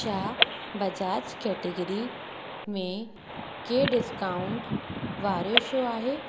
छा बजाज कैटेगरी में के डिस्काउंट वारियूं शइ आहे